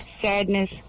sadness